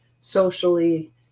socially